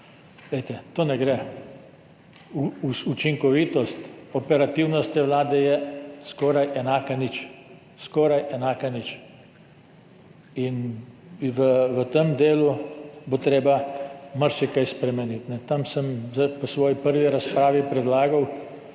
Glejte, to ne gre. Učinkovitost, operativnost te vlade je skoraj enaka nič. Skoraj enaka nič. V tem delu bo treba marsikaj spremeniti. V svoji prvi razpravi sem predlagal,